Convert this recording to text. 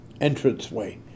entranceway